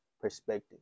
perspective